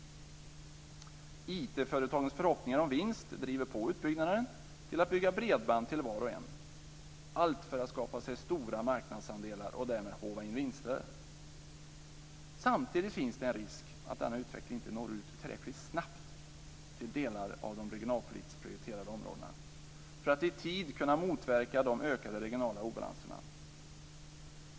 IT-företagens förhoppningar om vinst driver på utbyggnaden mot bredband till var och en - allt för att skapa sig stora marknadsandelar och därmed håva in vinster. Samtidigt finns risken att denna utveckling inte når ut tillräckligt snabbt till delar av de regionalpolitiskt prioriterade områdena för att i tid kunna motverka de ökade regionala obalanserna.